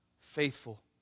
faithful